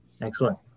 Excellent